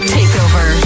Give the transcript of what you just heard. Takeover